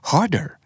Harder